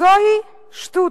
זוהי שטות.